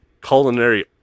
culinary